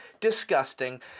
disgusting